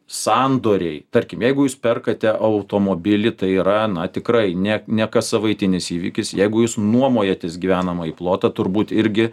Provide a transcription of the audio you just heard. sandoriai tarkim jeigu jūs perkate automobilį tai yra na tikrai ne ne kassavaitinis įvykis jeigu jūs nuomojatės gyvenamąjį plotą turbūt irgi